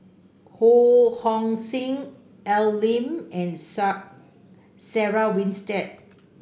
Ho Hong Sing Al Lim and Sarah Winstedt